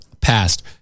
passed